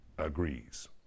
agrees